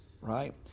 right